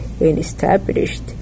established